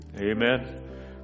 Amen